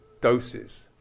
doses